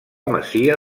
masia